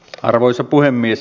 arvoisa puhemies